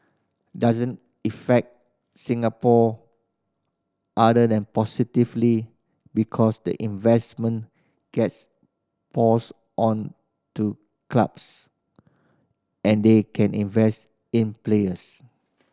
doesn't affect Singapore other than positively because the investment gets passed on to clubs and they can invest in players